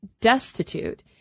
destitute